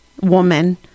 woman